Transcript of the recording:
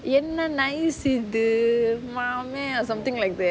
என்ன:enna nice இது மாமே:ithu maamae or something like that